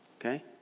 okay